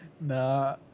Nah